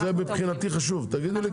מבחינתי זה חשוב, תגידו לי כמה.